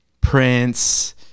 prince